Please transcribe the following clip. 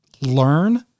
Learn